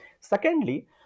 Secondly